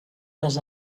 les